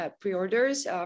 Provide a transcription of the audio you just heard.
pre-orders